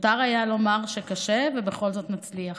מותר היה לומר שקשה ובכל זאת הצליח.